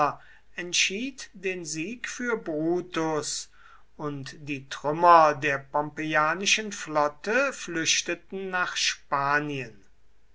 entschied den sieg für brutus und die trümmer der pompeianischen flotte flüchteten nach spanien